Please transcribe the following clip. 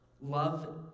love